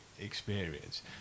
experience